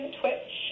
twitch